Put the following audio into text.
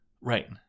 Right